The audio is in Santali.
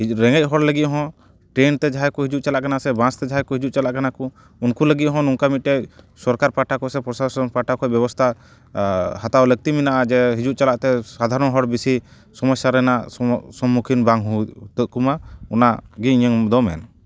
ᱨᱮᱸᱜᱮᱡ ᱦᱚᱲ ᱞᱟᱹᱜᱤᱫ ᱦᱚᱸ ᱴᱨᱮᱱ ᱛᱮ ᱦᱟᱡᱟᱭ ᱠᱚ ᱦᱤᱡᱩᱜ ᱪᱟᱞᱟᱜ ᱠᱟᱱᱟ ᱵᱟᱥ ᱛᱮ ᱡᱟᱦᱟᱭ ᱠᱚ ᱦᱤᱡᱩᱜ ᱪᱟᱞᱟᱜ ᱠᱟᱱᱟ ᱠᱚ ᱩᱱᱠᱩ ᱞᱟᱹᱜᱤᱫ ᱦᱚᱸ ᱱᱚᱝᱠᱟ ᱢᱤᱫᱴᱮᱡ ᱥᱚᱨᱠᱟᱨ ᱯᱟᱦᱟᱴᱟ ᱠᱷᱚᱡ ᱯᱨᱚᱥᱟᱥᱚᱱ ᱯᱟᱦᱟᱴᱟ ᱠᱷᱚᱡ ᱵᱮᱵᱚᱛᱟ ᱦᱟᱛᱟᱣ ᱞᱟᱹᱠᱛᱤ ᱢᱟᱱᱟᱜᱼᱟ ᱡᱮ ᱦᱤᱡᱩᱜ ᱪᱟᱞᱟᱜ ᱛᱮ ᱥᱟᱫᱷᱟᱨᱚᱱ ᱦᱚᱲ ᱵᱤᱥᱤ ᱥᱳᱢᱳᱥᱟ ᱨᱮᱱᱟᱜ ᱥᱚᱢ ᱥᱳᱢᱳᱠᱷᱤᱱ ᱵᱟᱝ ᱦᱩᱭᱩᱜ ᱛᱟᱠᱚᱢᱟ ᱚᱱᱟ ᱜᱮ ᱤᱧᱟᱹᱜ ᱫᱚ ᱢᱮᱱ